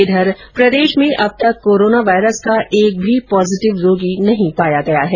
इधर प्रदेश में अब तक कोरोना वायरस का एक भी पॉजिटिव रोगी नहीं पाया गया है